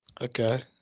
Okay